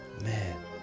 Man